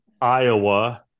Iowa